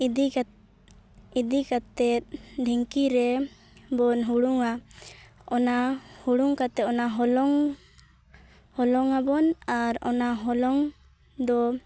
ᱤᱫᱤ ᱠᱟᱛ ᱤᱫᱤ ᱠᱟᱛᱮᱫ ᱰᱷᱤᱝᱠᱤ ᱨᱮᱢ ᱵᱚᱱ ᱦᱩᱲᱩᱝᱟ ᱚᱱᱟ ᱦᱩᱲᱩᱝ ᱠᱟᱛᱮᱫ ᱚᱱᱟ ᱦᱚᱞᱚᱝ ᱦᱚᱞᱚᱝᱟᱵᱚᱱ ᱟᱨ ᱚᱱᱟ ᱦᱚᱞᱚᱝ ᱫᱚ